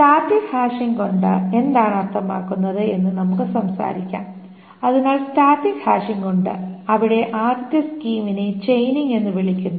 static hashing കൊണ്ട് എന്താണ് അർത്ഥമാക്കുന്നത് എന്ന് നമുക്ക് സംസാരിക്കാം അതിനാൽ സ്റ്റാറ്റിക് ഹാഷിംഗ് ഉണ്ട് അവിടെ ആദ്യത്തെ സ്കീമിനെ ചെയിനിംഗ് എന്ന് വിളിക്കുന്നു